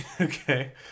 Okay